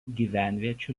gyvenviečių